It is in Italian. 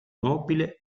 nobile